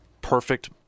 perfect